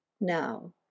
now